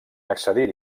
accedir